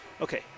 okay